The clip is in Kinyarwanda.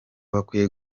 bakwiye